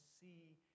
see